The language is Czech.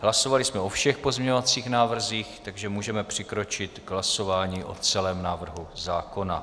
Hlasovali jsme o všech pozměňovacích návrzích, takže můžeme přikročit k hlasování o celém návrhu zákona.